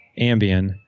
Ambien